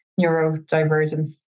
neurodivergence